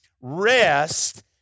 rest